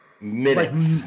minutes